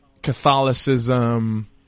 Catholicism